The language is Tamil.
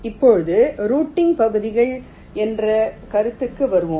இப்போது ரூட்டிங் பகுதிகள் என்ற கருத்துக்கு வருவோம்